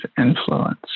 influence